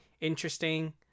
interesting